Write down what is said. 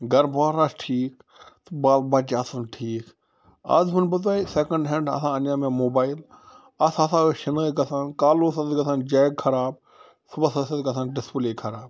گھرٕ بار آسہِ ٹھیٖک تہٕ بال بَچہِ آسیٚن ٹھیٖک آز وَنہٕ بہٕ تۄہہِ سیٚکنٛڈ ہینٛڈ ہَسا اَنے مےٚ موبایِل اَتھ ہَسا ٲس شِنٲی گژھان کالہٕ اوس اَتھ گژھان جیک خراب صبَحس اوس اَتھ گژھان ڈِسپٕلے خراب